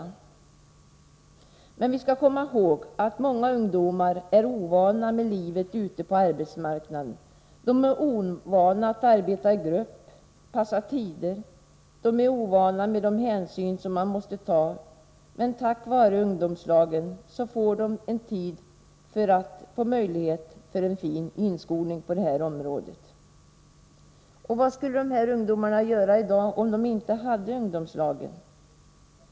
Vi skall emellertid komma ihåg att många ungdomar är ovana vid livet ute på arbetsmarknaden. De är ovana att arbeta i grupp, att passa tider. De är ovana vid de hänsyn man måste ta, men tack vare ungdomslagen får de under en tid möjlighet till en fin inskolning på det här området. Vad skulle de här ungdomarna göra i dag om de inte hade ungdomslagen?